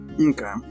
Okay